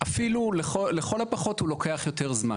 ולכל הפחות הוא לוקח יותר זמן.